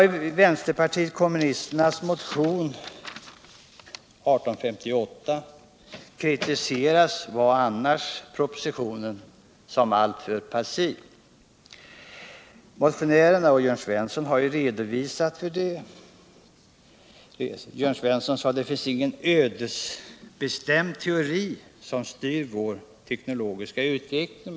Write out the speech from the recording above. I vänsterpartiet kommunisternas partimotion 1852 kritiseras — vad annat var att vänta — propositionen som alltför passiv. Jörn Svensson sade här att det inte finns någon ödesbestämd teori som styr vår teknologiska utveckling.